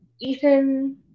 ethan